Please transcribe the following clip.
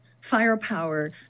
firepower